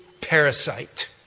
parasite